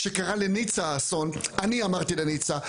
כשקרה לניצה האסון אני אמרתי לניצה.